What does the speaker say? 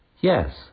Yes